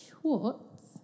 Schwartz